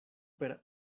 per